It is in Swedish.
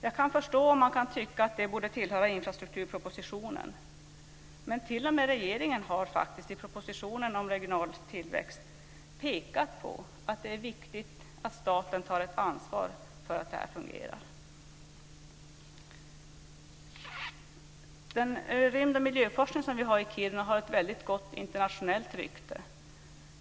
Jag kan förstå att man kan tycka att det borde tillhöra infrastrukturpropositionen, men t.o.m. regeringen har faktiskt i propositionen om regional tillväxt pekat på att det är viktigt att staten tar ett ansvar för att detta fungerar. Den rymd och miljöforskning som vi har i Kiruna har ett väldigt gott internationellt rykte.